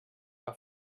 que